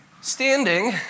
Standing